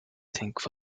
think